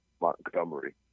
Montgomery